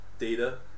Data